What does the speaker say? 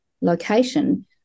location